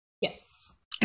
Yes